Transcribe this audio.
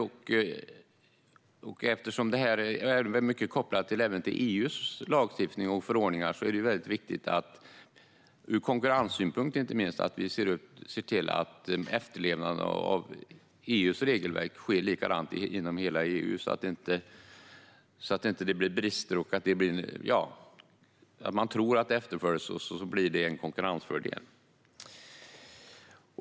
Eftersom mycket av det här är kopplat till EU:s lagstiftning och förordningar är det också viktigt, inte minst ur konkurrenssynpunkt, att vi ser till att efterlevnaden av EU:s regelverk är likadan inom hela EU så att det inte blir brister - man tror att det efterföljs, och så blir det en konkurrensfördel.